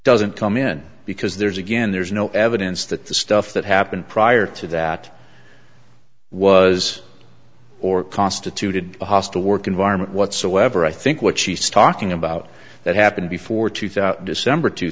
doesn't come in because there's again there's no evidence that the stuff that happened prior to that was or constituted a hostile work environment whatsoever i think what she's talking about that happened before two thousand december